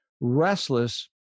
restless